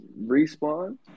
respawn